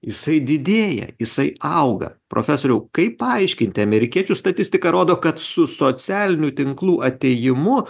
jisai didėja jisai auga profesoriau kaip paaiškinti amerikiečių statistika rodo kad su socialinių tinklų atėjimu